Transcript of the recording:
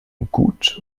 gut